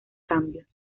cambios